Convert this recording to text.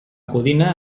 codina